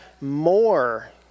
more